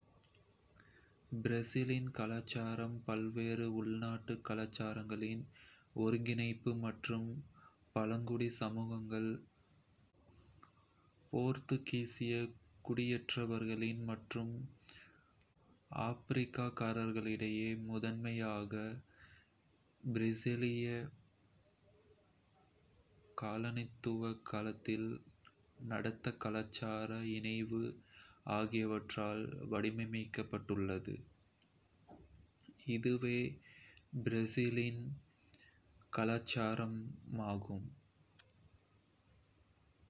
பிரேசிலின் கலாச்சாரம் பல்வேறு உள்நாட்டு கலாச்சாரங்களின் ஒருங்கிணைப்பு மற்றும் பழங்குடி சமூகங்கள், போர்த்துகீசிய குடியேற்றவாசிகள் மற்றும் ஆப்பிரிக்கர்களிடையே முதன்மையாக பிரேசிலிய காலனித்துவ காலத்தில் நடந்த கலாச்சார இணைவு ஆகியவற்றால் வடிவமைக்கப்பட்டுள்ளது.